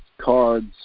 cards